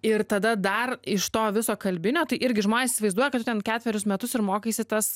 ir tada dar iš to viso kalbinio tai irgi žmonės įsivaizduoja kad tu ten ketverius metus ir mokaisi tas